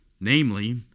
namely